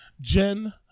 Jen